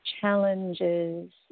challenges